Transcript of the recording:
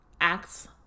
acts